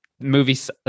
movies